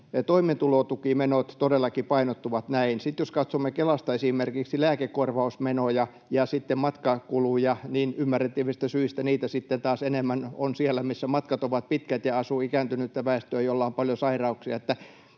Toimeentulotukimenot todellakin painottuvat näin. Sitten jos katsomme Kelasta esimerkiksi lääkekorvausmenoja ja matkakuluja, niin ymmärrettävistä syistä niitä sitten taas enemmän on siellä, missä matkat ovat pitkät ja asuu ikääntynyttä väestöä, jolla on paljon sairauksia.